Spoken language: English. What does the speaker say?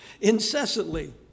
incessantly